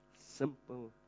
simple